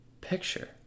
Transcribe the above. picture